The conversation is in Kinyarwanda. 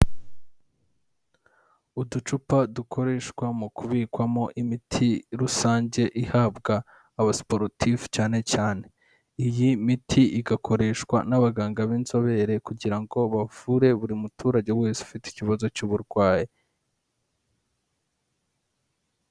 Uducupa dukoreshwa mu kubikwamo imiti rusange ihabwa aba siporotifu cyane cyane, iyi miti igakoreshwa n'abaganga b'inzobere kugira ngo bavure buri muturage wese ufite ikibazo cy'uburwayi.